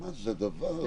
מה זה הדבר הזה?